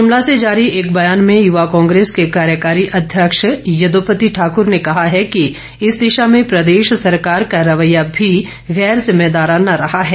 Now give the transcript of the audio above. शिमला से जारी एक बयान में युवा कांग्रेस के कार्यकारी अध्यक्ष यदोपति ठाकुर ने कहा है कि इस दिशा में प्रदेश सरकार का रवैया भी गैर जिम्मेदाराना रहा है